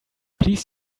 please